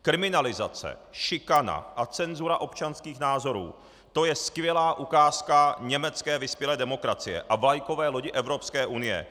Kriminalizace, šikana a cenzura občanských názorů to je skvělá ukázka německé vyspělé demokracie a vlajkové lodi Evropské unie.